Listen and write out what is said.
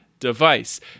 device